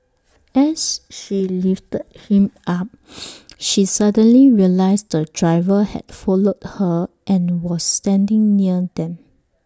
as she lifted him up she suddenly realised the driver had followed her and was standing near them